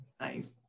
Nice